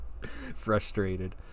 frustrated